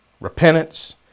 repentance